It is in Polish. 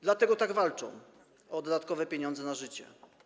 Dlatego tak walczą o dodatkowe pieniądze na życie.